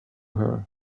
her